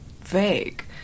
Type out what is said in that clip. vague